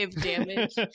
damage